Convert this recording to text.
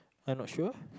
I'm not sure